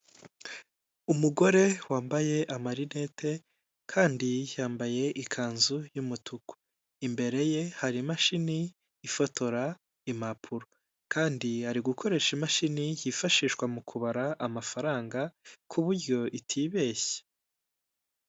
Umugore wambaye amarinete kandi yambaye ikanzu y'umutuku, imbere ye hari imashini ifotora impapuro, kandi ari gukoresha imashini yifashishwa mu kubara amafaranga ku buryo itibeshya.